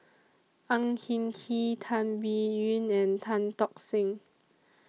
Ang Hin Kee Tan Biyun and Tan Tock Seng